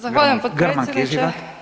Zahvaljujem potpredsjedniče.